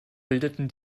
bildeten